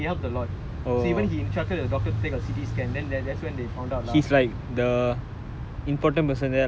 he's the [one] like twenty thirteen right like during surgery ya he helped a lot even he instructed the doctor to take a C_T scan then there there's when they found out lah